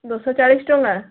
ଦୋସା ଚାଳିଶ ଟଙ୍କା